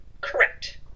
correct